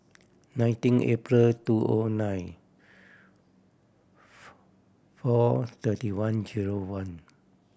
nineteen April two O nine four thirty one zero one